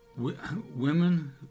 women